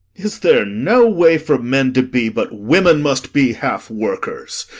is there no way for men to be, but women must be half-workers?